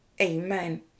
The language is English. amen